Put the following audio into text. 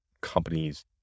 companies